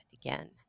again